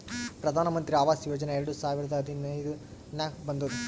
ಪ್ರಧಾನ್ ಮಂತ್ರಿ ಆವಾಸ್ ಯೋಜನಾ ಎರಡು ಸಾವಿರದ ಹದಿನೈದುರ್ನಾಗ್ ಬಂದುದ್